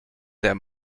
der